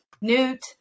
Newt